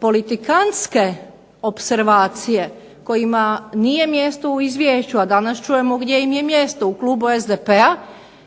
politikantske opservacije kojima nije mjesto u izvješću, a danas čujemo gdje im je mjesto, u klubu SDP-a,